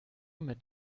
mit